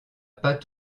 pas